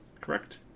correct